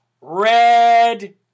red